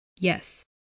yes